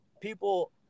people